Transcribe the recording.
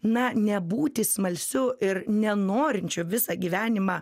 na nebūti smalsiu ir nenorinčiu visą gyvenimą